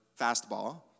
fastball